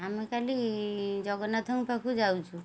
ଆମେ କାଲି ଜଗନ୍ନାଥଙ୍କ ପାଖକୁ ଯାଉଛୁ